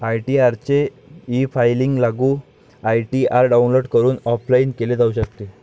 ITR चे efiling लागू ITR download करून ऑफलाइन केले जाऊ शकते